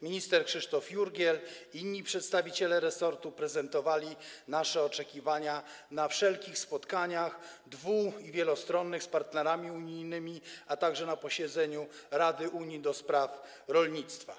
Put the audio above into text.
Minister Krzysztof Jurgiel i inni przedstawiciele resortu prezentowali nasze oczekiwania na wszelkich spotkaniach, dwu- i wielostronnych, z partnerami unijnymi, a także na posiedzeniu rady Unii ds. rolnictwa.